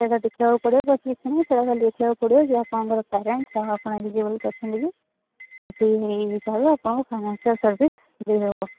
ସେଇଟା ଦେଖିବାକୁ ପଡ଼ିବ ବାସ୍ କିଛି ନାହିଁ ସେଇଟା ଖାଲି ଦେଖିବାକୁ ପଡ଼ିବ ଯେ ଆପଣଙ୍କର ପ୍ୟାରେଣ୍ଟସ୍ ଆଉ ଆପଣ ଇଲିଯିବୁଲ୍ ଅଛନ୍ତି କି ବାକି ଏଇ ହିସାବରେ ଆପଣଙ୍କୁ ଫାଇନାନ୍ସସିଆଲ୍ ସର୍ଭିସ୍ ଦେଇହେବ